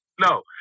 No